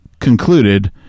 concluded